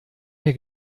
mir